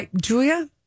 Julia